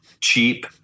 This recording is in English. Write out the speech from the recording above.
cheap